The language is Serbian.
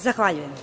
Zahvaljujem.